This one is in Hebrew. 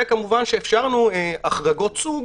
וכמובן שאפשרנו החרגות סוג,